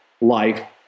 life